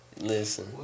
Listen